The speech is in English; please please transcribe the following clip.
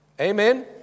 Amen